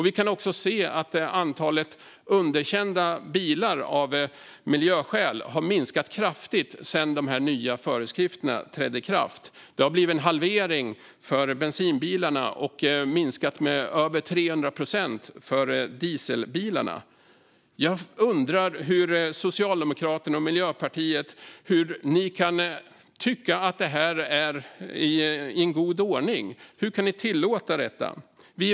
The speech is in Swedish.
Vi kan också se att antalet bilar som underkänns av miljöskäl har minskat kraftigt sedan de nya föreskrifterna utfärdades. Det har lett till en halvering för bensinbilarna, och antalet dieselbilar som underkänns av miljöskäl har minskat med över 300 procent. Jag undrar hur Socialdemokraterna och Miljöpartiet kan tycka att det är en god ordning. Hur kan ni tillåta detta?